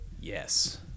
Yes